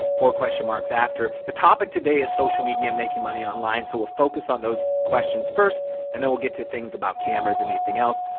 four question marks after. the topic today is social media and making money online so we'll focus on those questions first and then we'll get to things about cameras, anything else.